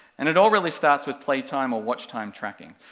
and it all really starts with play time or watch time tracking,